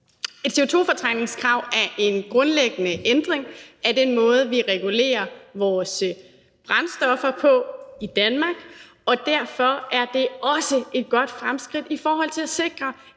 Et CO2-fortrængningskrav er en grundlæggende ændring af den måde, vi regulerer vores brændstoffer på i Danmark, og derfor er det også et godt fremskridt i forhold til at sikre